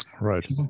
Right